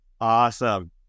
Awesome